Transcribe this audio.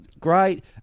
great